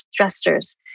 stressors